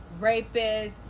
rapists